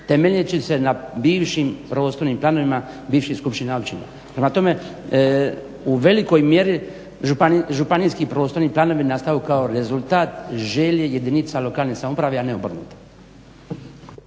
temeljeći se na bivšim prostornim planovima bivših skupština općina. Prema tome, u velikoj mjeri županijski prostorni planovi nastaju kao rezultat želje jedinica lokalne samouprave a ne obrnuto.